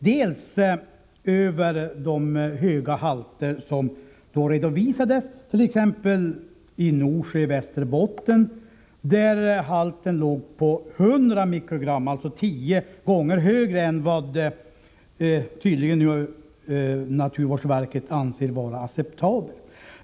De blir naturligtvis oroade över de höga halter som redovisats t.ex. i Norsjö i Västerbotten, där halten arsenik låg på 100 mikrogram, alltså tio gånger högre än vad naturvårdsverket tydligen anser vara acceptabelt.